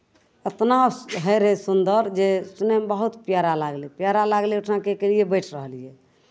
एतना होइत रहै सुन्दर जे सुनयमे बहुत प्यारा लागलै प्यारा लागलै ओहिठिमा की केलियै बैठ रहलियै